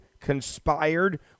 conspired